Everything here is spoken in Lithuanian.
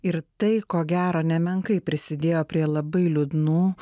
ir tai ko gero nemenkai prisidėjo prie labai liūdnų